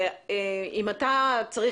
מה הציון שאתה נותן